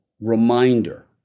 Reminder